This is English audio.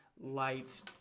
Lights